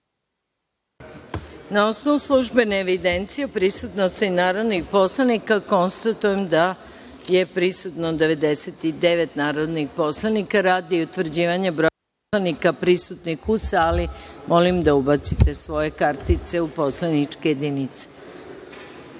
osnovu službene evidencije o prisutnosti narodnih poslanika, konstatujem da sednici prisustvuje 99 narodnih poslanika. Radi utvrđivanja broja narodnih poslanika prisutnih u sali, molim da ubacite svoje kartice u poslaničke